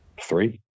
Three